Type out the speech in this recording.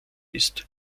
ist